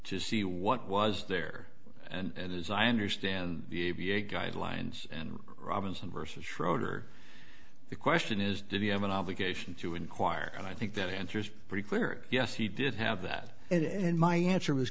to see what was there and as i understand the a b a guidelines and robinson versus schroeder the question is did he have an obligation to inquire and i think that answer is pretty clear yes he did have that it in my answer was